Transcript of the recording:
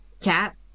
cat